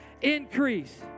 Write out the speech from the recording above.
increase